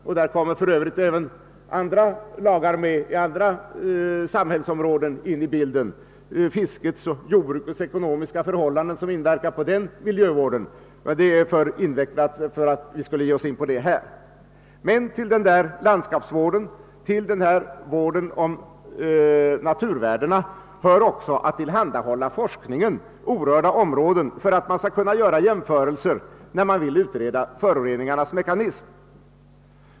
Därvid tillkommer för övrigt andra omständigheter såsom fiskets och jordbrukets ekonomiska förhållanden som miljövårdande faktorer, men detta är för invecklat för att tas upp till diskussion i detta sammanhang. Till landskapsvården och vården av naturvärdena hör också att tillhandahålla forskningen orörda områden för att man skall kunna göra jämförelser när man vill utreda föroreningarnas mekanism.